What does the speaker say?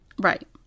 Right